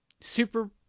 Super